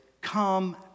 come